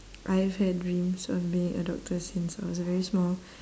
I've had dreams of being a doctor since I was very small